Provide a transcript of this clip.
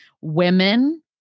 women